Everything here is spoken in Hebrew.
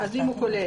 אז אם הוא כולל.